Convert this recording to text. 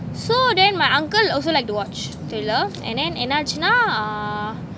so then my uncle also like to watch thriller and then என்னாச்சுன்னா:ennachunna